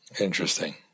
interesting